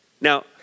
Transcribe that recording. Now